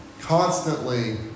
constantly